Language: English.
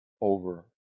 over